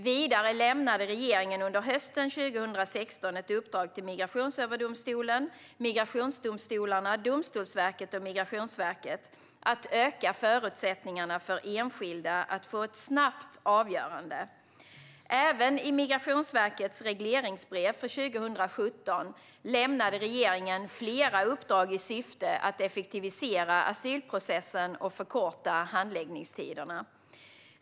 Vidare lämnade regeringen under hösten 2016 ett uppdrag till Migrationsöverdomstolen, migrationsdomstolarna, Domstolsverket och Migrationsverket att öka förutsättningarna för enskilda att få ett snabbt avgörande. Även i Migrationsverkets regleringsbrev för 2017 lämnade regeringen flera uppdrag i syfte att effektivisera asylprocessen och förkorta handläggningstiderna.